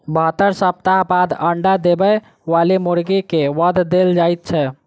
बहत्तर सप्ताह बाद अंडा देबय बाली मुर्गी के वध देल जाइत छै